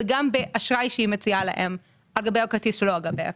וגם באשראי שהיא מציעה להם על גבי הכרטיס או לא על גבי הכרטיס.